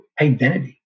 identity